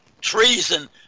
Treason